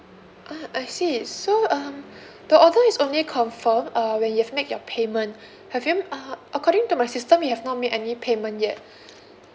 ah I see so um the order is only confirmed uh when you have make your payment have you um according to my system you have not made any payment yet